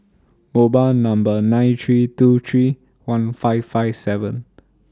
O Bar Number nine three two three one five five seven